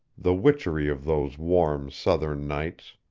the witchery of those warm, southern nights.